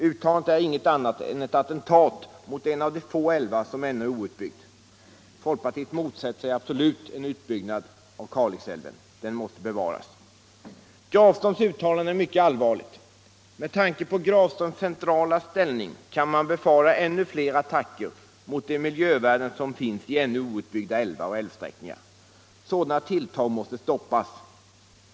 Uttalandet är inget annat än ett attentat mot en av de få älvar som ännu är outbyggd. Folkpartiet motsätter sig absolut en utbyggnad av Kalixälven. Den måste bevaras. Grafströms uttalande är mycket allvarligt. Med tanke på Grafströms centrala ställning kan man befara ytterligare attacker mot de miljövärden som finns i ännu outbyggda älvar och älvsträckningar. Sådana tilltag måste stoppas.